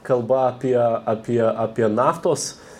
kalba apie apie apie naftos